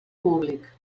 públic